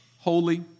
holy